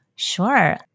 Sure